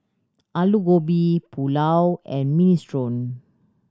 Alu Gobi Pulao and Minestrone